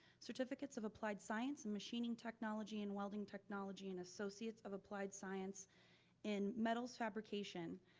certificates of applied science and machining technology and welding technology and associates of applied science in metals fabrication,